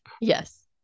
Yes